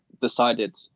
decided